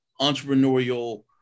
entrepreneurial